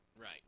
right